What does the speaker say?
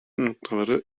noktaları